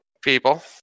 People